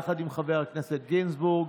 יחד עם חבר כנסת גינזבורג,